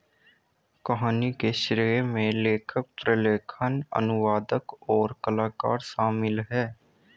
कहानी के श्रेय में लेखक, प्रलेखन, अनुवादक, और कलाकार शामिल हैं